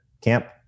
camp